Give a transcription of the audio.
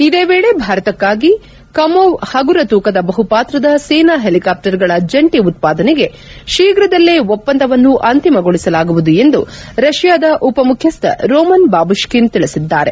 ಇದೇ ವೇಳೆ ಭಾರತಕ್ನಾಗಿ ಕಮೋವ್ ಹಗುರ ತೂಕದ ಬಹುಪಾತ್ರದ ಸೇನಾ ಹೆಲಿಕಾಪ್ಪರ್ಗಳ ಜಂಟಿ ಉತ್ಸಾದನೆಗೆ ಶೀಘ್ರದಲ್ಲೇ ಒಪ್ಪಂದವನ್ನು ಅಂತಿಮಗೊಳಿಸಲಾಗುವುದು ಎಂದು ರಷ್ಯಾದ ಉಪ ಮುಖ್ಯಸ್ಥ ರೋಮನ್ ಬಾಬುಷ್ಕಿ ನ್ ತಿಳಿಸಿದ್ದಾರೆ